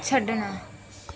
ਛੱਡਣਾ